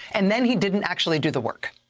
and then he didn't actually do the work.